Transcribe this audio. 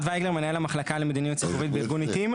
וייגלר מנהל המחלקה למדיניות ציבורית בארגון עיתים.